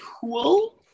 cool